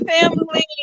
family